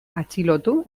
atxilotu